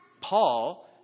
Paul